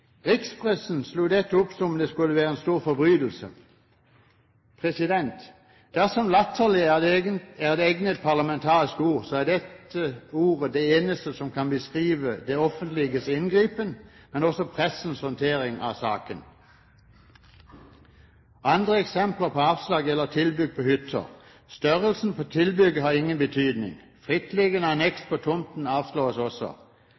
Rikspressen slo dette opp som om det skulle være en stor forbrytelse. Dersom «latterlig» er et egnet parlamentarisk ord, så er dette ordet det eneste som kan beskrive det offentliges inngripen, men også pressens håndtering av saken. Andre eksempler på avslag gjelder tilbygg på hytter. Størrelsen på tilbygget har ingen betydning. Frittliggende anneks på tomten avslås også.